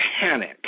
panic